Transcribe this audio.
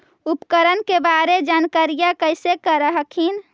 उपकरण के बारे जानकारीया कैसे कर हखिन?